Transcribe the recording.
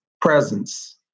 presence